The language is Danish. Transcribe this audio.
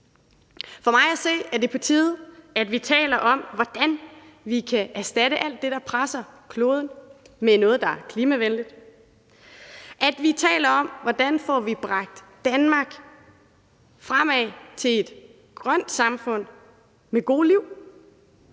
For mig at se er det på tide, at vi taler om, hvordan vi kan erstatte alt det, der presser kloden, med noget, der er klimavenligt; at vi taler om, hvordan vi får bragt Danmark fremad til et grønt samfund med gode liv.